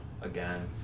again